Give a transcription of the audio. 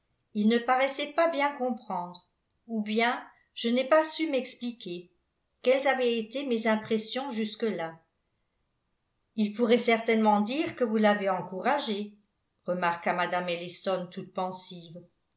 il ne paraissait pas bien comprendre ou bien je n'ai pas su mexpliquer quelles avaient été mes impressions jusque-là il pourrait certainement dire que vous l'avez encouragé remarqua mme ellison toute pensive